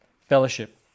fellowship